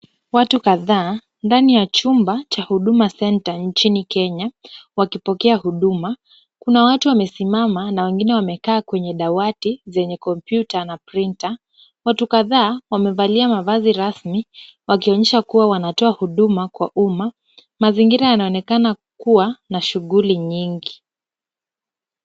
Watu kadhaa ndani ya chumba cha Huduma Centre nchini Kenya wakipokea huduma. Kuna watu wamesimama na wengine wamekaa kwenye dawati zenye kompyuta na printer . Watu kadhaa wamevalia mavazi rasmi wakionyesha kuwa wanatoa huduma kwa umma. Mazingira yanaonekana kuwa na shughuli nyingi.